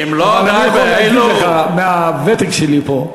אני יכול להגיד לך, מהוותק שלי פה,